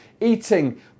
eating